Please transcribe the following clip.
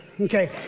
Okay